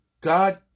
God